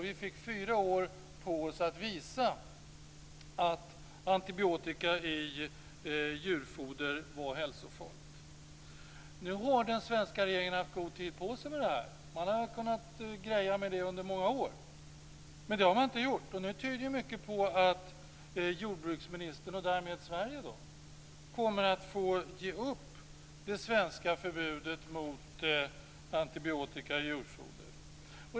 Vi fick fyra år på oss att visa att antibiotika i djurfoder var hälsofarligt. Nu har den svenska regeringen haft god tid på sig med detta. Den har kunnat arbeta med detta under många år. Men det har den inte gjort. Och nu tyder mycket på att jordbruksministern och därmed Sverige kommer att få ge upp det svenska förbudet mot antibiotika i djurfoder.